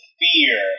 fear